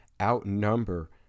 outnumber